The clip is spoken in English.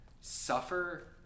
Suffer